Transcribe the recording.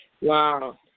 wow